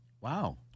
Wow